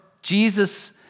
Jesus